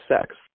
sex